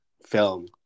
Film